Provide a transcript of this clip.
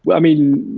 but i mean,